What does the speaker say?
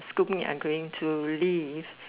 screw me I'm going to leave